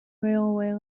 railway